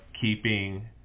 keeping